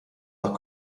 nach